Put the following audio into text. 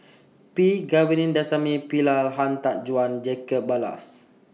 P Govindasamy Pillai Han Tan Juan Jacob Ballas